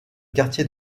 quartier